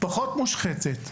פחות מושחתת.